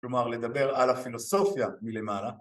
כלומר לדבר על הפילוסופיה מלמעלה